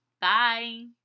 Bye